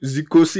Zico